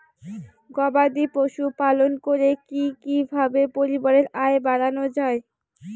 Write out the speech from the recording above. গবাদি পশু পালন করে কি কিভাবে পরিবারের আয় বাড়ানো যায়?